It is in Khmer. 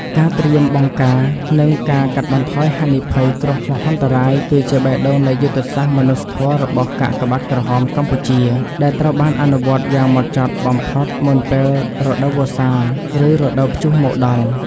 ការត្រៀមបង្ការ និងការកាត់បន្ថយហានិភ័យគ្រោះមហន្តរាយ គឺជាបេះដូងនៃយុទ្ធសាស្ត្រមនុស្សធម៌របស់កាកបាទក្រហមកម្ពុជា ដែលត្រូវបានអនុវត្តយ៉ាងហ្មត់ចត់បំផុតមុនពេលរដូវវស្សា ឬរដូវព្យុះមកដល់។